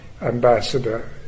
ambassador